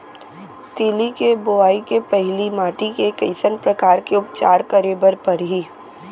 तिलि के बोआई के पहिली माटी के कइसन प्रकार के उपचार करे बर परही?